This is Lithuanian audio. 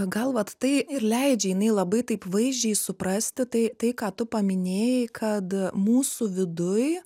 gal vat tai ir leidžia jinai labai taip vaizdžiai suprasti tai tai ką tu paminėjai kad mūsų viduj